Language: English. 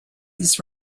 this